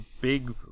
big